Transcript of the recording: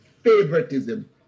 favoritism